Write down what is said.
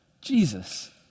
Jesus